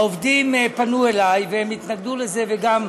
העובדים פנו אלי והתנגדו לזה, וגם,